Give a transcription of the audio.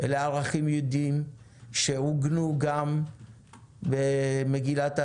אלה ערכים יהודיים שעוגנו גם במגילת העצמאות,